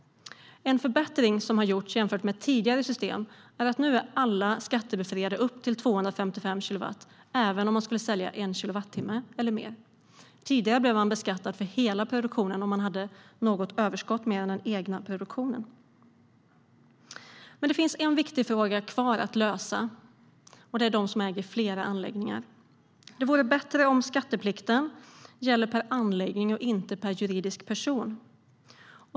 En förbättring som har gjorts jämfört med tidigare system är att alla nu är skattebefriade upp till 255 kilowatt, även om man skulle sälja 1 kilowatt eller mer över det. Tidigare blev man beskattad för hela produktionen om man hade ett överskott mer än den egna produktionen. Men det finns en viktig fråga kvar att lösa. Det handlar om dem som äger flera anläggningar. Det vore bättre om skatteplikten gällde per anläggning och inte per juridisk person.